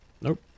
nope